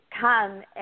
come